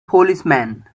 policeman